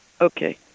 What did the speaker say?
Okay